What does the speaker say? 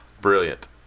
brilliant